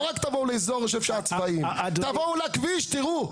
אל תבואו לאזור שיש שם צבאים, תבואו לכביש ותראו.